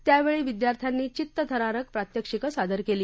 त्यावेळी विद्यार्थ्यांनी चित्तथरारक प्रात्यक्षिकं सादर केली